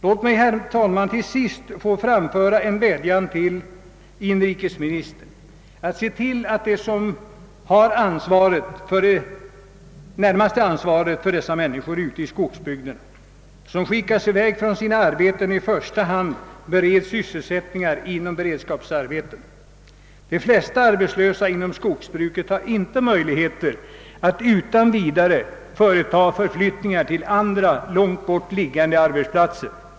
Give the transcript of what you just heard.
Låt mig till sist få vädja till inrikesministern att han ser till att de människor i skogsbygderna som skickas i väg från sina arbeten i första hand bereds sysselsättningar med beredskapsarbeten. De flesta arbetslösa inom skogsbruket kan inte utan vidare flytta till platser som ligger långt borta från bostadsorten.